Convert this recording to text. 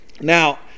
now